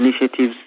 initiatives